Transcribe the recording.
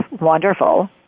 wonderful